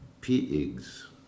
PIGS